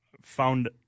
found